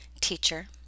teacher